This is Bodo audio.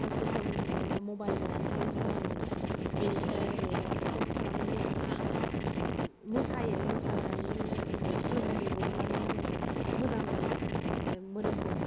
दसे सम ओरैनो मबाइल नायनानै थानो मोजां मोनो बेनिफ्राय ओरै इकसासाइस खालामनो गोसोबा आङो मोसायो मोसानानैनो जेनोबा गोलोमदै गहोनानै आङो मोजां मोनो मोदोमखौ